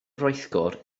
rheithgor